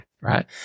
right